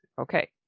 okay